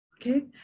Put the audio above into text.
Okay